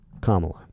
Kamala